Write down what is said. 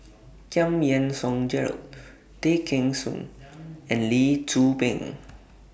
Giam Yean Song Gerald Tay Kheng Soon and Lee Tzu Pheng